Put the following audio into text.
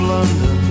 London